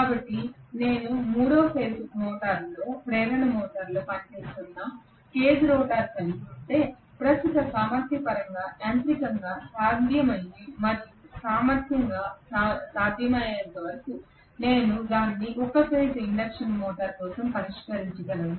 కాబట్టి నేను 3 ఫేజ్ ప్రేరణ మోటారులో పనిచేస్తున్న కేజ్ రోటర్ కలిగి ఉంటే ప్రస్తుత సామర్థ్యం పరంగా యాంత్రికంగా సాధ్యమయ్యే మరియు విద్యుత్తుగా సాధ్యమయ్యేంతవరకు నేను దానిని ఒకే ఫేజ్ ఇండక్షన్ మోటారు కోసం పరిష్కరించగలను